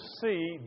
see